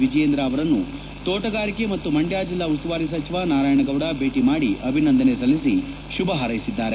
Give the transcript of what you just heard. ವಿಜಯೇಂದ್ರ ಅವರನ್ನು ತೋಟಗಾರಿಕೆ ಮತ್ತು ಮಂಡ್ಯ ಜೆಲ್ಲಾ ಉಸ್ತುವಾರಿ ಸಚಿವ ನಾರಾಯಣ ಗೌಡ ಭೇಟಿ ಮಾಡಿ ಅಭಿನಂದನೆ ಸಲ್ಲಿಸಿ ಶುಭ ಹಾರೈಸಿದ್ದಾರೆ